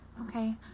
okay